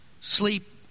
sleep